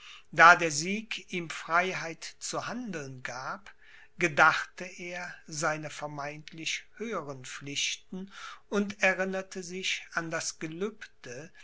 da der sieg ihm freiheit zu handeln gab gedachte er seiner vermeintlich höheren pflichten und erinnerte sich an das gelübde